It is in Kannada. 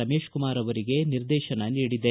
ರಮೇಶ್ಕುಮಾರ್ ಅವರಿಗೆ ನಿರ್ದೇಶನ ನೀಡಿದೆ